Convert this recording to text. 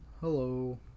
Hello